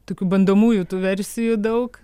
tokių bandomųjų tų versijų daug